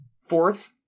Fourth